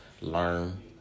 learn